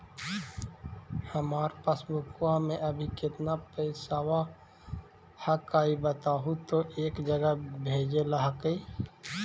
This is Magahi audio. हमार पासबुकवा में अभी कितना पैसावा हक्काई बताहु तो एक जगह भेजेला हक्कई?